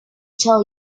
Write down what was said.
tell